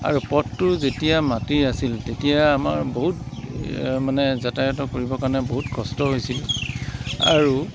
আৰু পথটো যেতিয়া মাটিৰ আছিল তেতিয়া আমাৰ বহুত এই মানে যাতায়ত কৰিবৰ কাৰণে বহুত কষ্ট হৈছিল আৰু